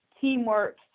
teamwork